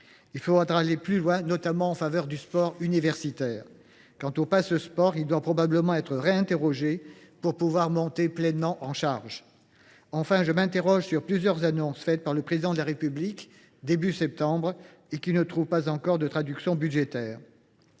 Il faudra aller plus loin, notamment en faveur du sport universitaire. Quant au Pass’Sport, il devra probablement être révisé pour pouvoir monter pleinement en charge. Enfin, je m’interroge sur plusieurs annonces faites par le Président de la République au début du mois de septembre dernier, qui ne trouvent pas à cette date de traduction budgétaire.